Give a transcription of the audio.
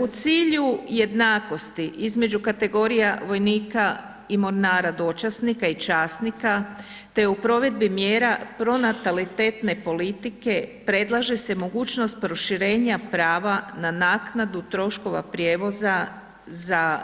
U cilju jednakosti između kategorija vojnika i mornara dočasnika i časnika te provedbi mjera pronatalitetne politike, predlaže se mogućnost proširenja prava na naknadu troškova prijevoza za